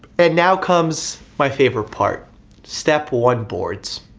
and now comes my favorite part step one boards.